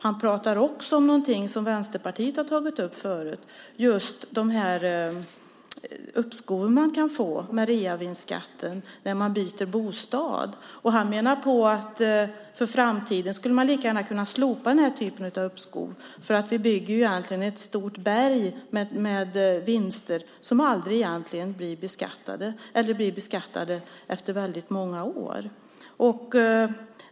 Han pratar också om någonting som Vänsterpartiet har tagit upp förut, nämligen de uppskov med reavinstskatten som man kan få när man byter bostad. Han menar att i framtiden skulle man lika gärna kunna slopa den här typen av uppskov. Vi bygger egentligen ett stort berg med vinster som egentligen aldrig blir beskattade eller blir beskattade efter väldigt många år.